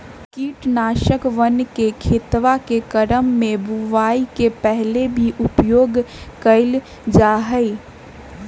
कीटनाशकवन के खेतवा के क्रम में बुवाई के पहले भी उपयोग कइल जाहई